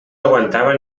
aguantava